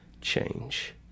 change